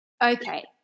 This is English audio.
Okay